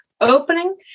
opening